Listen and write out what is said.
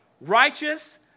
righteous